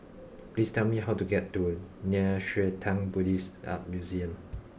please tell me how to get to Nei Xue Tang Buddhist Art Museum